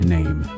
Name